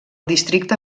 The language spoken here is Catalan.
districte